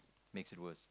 makes it worse